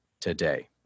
today